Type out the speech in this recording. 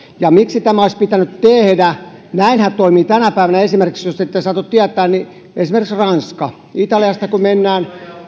ja miksi tämä olisi pitänyt tehdä näinhän toimii tänä päivänä jos ette satu tietämään esimerkiksi ranska italiasta kun mennään